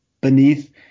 beneath